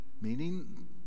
meaning